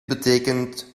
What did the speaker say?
betekent